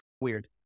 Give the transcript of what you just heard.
weird